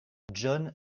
john